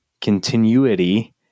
continuity